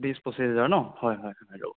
বিশ পঁচিছ হেজাৰ ন' হয় হয়